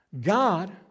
God